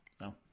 No